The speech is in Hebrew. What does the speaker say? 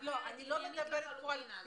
אגב עניינית לחלוטין --- אני לא מדברת פה על כפייה,